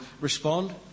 respond